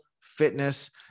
fitness